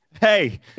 Hey